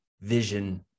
vision